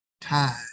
time